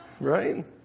Right